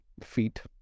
feet